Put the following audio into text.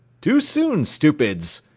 too soon, stupids,